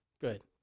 Good